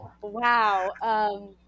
Wow